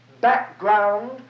background